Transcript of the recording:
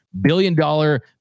billion-dollar